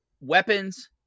weapons